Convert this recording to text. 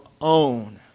own